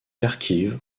kharkiv